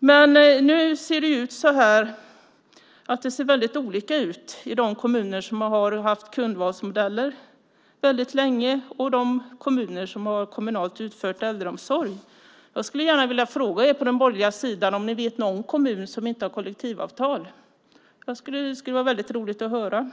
känner. Nu ser det väldigt olika ut i de kommuner som har och har haft kundvalsmodeller väldigt länge och de kommuner som har kommunalt utförd äldreomsorg. Jag skulle gärna vilja fråga er på den borgerliga sidan om ni vet någon kommun som inte har kollektivavtal. Det skulle vara väldigt roligt att höra.